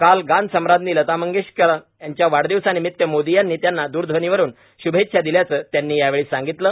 काल गान सम्राध्नी लता मंगेशकर वाढदिवसानिमित मोदी यांनी त्यांना दुरध्वनीवरून श्भेच्छा दिल्याचं त्यांनी यावेळी सांगितलं